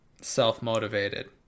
self-motivated